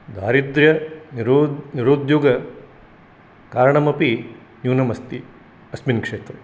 दारिद्र्य निरुद्योगकारणमपि न्यूनमस्ति अस्मिन् क्षेत्रे